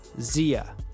Zia